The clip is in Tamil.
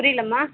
புரியலமா